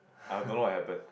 I don't know what happen